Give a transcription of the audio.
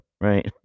right